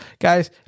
guys